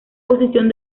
posición